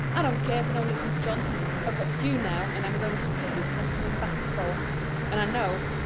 i don't care for no little johns. i've got you now, and i'm going to pay you for not coming back before. and i know,